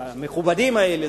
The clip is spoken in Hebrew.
המכובדים האלה,